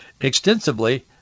extensively